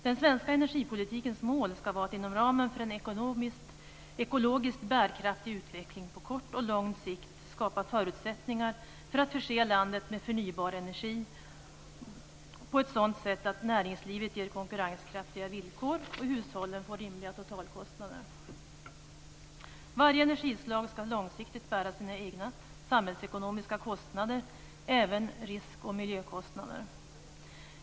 Den svenska energipolitikens mål ska vara att inom ramen för en ekologiskt bärkraftig utveckling på kort och lång sikt skapa förutsättningar för att förse landet med förnybar energi på ett sätt som medför att näringslivet ges konkurrenskraftiga villkor och hushållen får rimliga totalkostnader. Varje energislag ska långsiktigt bära sina egna samhällsekonomiska kostnader, även risk och miljökostnader.